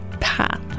path